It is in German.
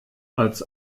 als